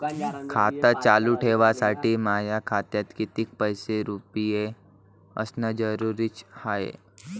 खातं चालू ठेवासाठी माया खात्यात कितीक रुपये असनं जरुरीच हाय?